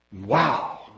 Wow